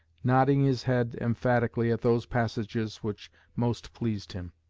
nodding his head emphatically at those passages which most pleased him.